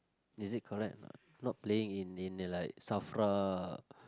is it correct not not playing in in in like Safra